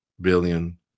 billion